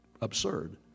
absurd